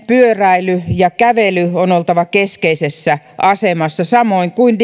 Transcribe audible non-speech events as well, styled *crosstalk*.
pyöräilyn ja kävelyn on oltava keskeisessä asemassa samoin kuin *unintelligible*